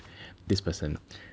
this person